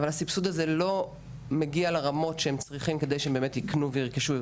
אבל הסבסוד הזה לא מגיע לרמות שהם צריכים כדי שהם באמת יקנו וירכשו,